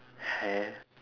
hair